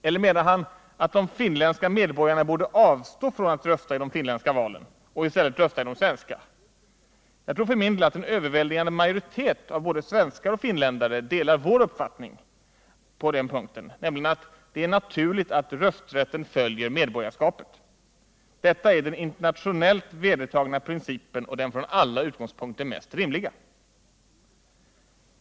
Eller menar han att de finländska medborgarna borde avstå från att rösta i de finländska valen och i stället rösta i de svenska? Jag tror för min del att en överväldigande majoritet av både svenskar och finländare delar vår uppfattning på den punkten, nämligen att det är naturligt att rösträtten följer medborgarskapet. Det är den internationellt vedertagna principen och den från alla utgångspunkter mest rimliga.